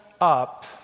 up